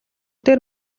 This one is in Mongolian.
дээр